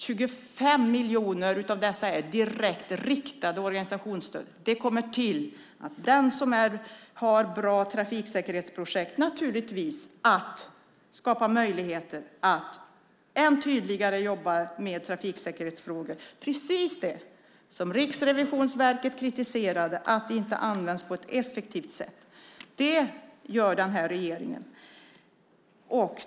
25 miljoner av dessa är ett direkt riktat organisationsstöd. Det tillkommer den som har bra trafiksäkerhetsprojekt att skapa möjligheter att än tydligare jobba med trafiksäkerhetsfrågor. Riksrevisionsverket kritiserade att detta inte används på ett effektivt sätt, men det gör den här regeringen.